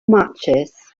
matches